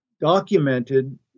documented